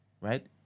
right